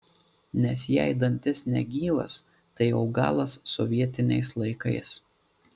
nes jei dantis negyvas tai jau galas sovietiniais laikais